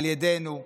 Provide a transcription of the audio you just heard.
על ידנו.